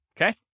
okay